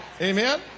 Amen